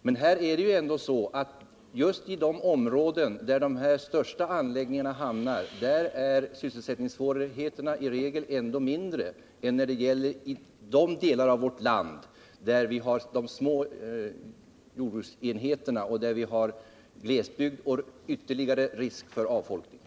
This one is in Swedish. Men just i de områden där de största anläggningarna hamnar är ändå sysselsättningssvårigheterna i regel mindre än i de delar av vårt land där vi har de små jordbruksenheterna, där det är glesbygd och risk för ytterligare avfolkning.